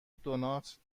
دونات